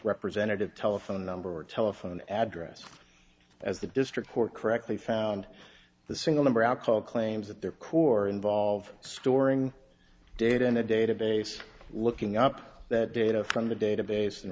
representative telephone number or telephone address as the district court correctly found the single number i'll call claims that their core involve storing data in a database looking up that data from the database in